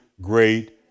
great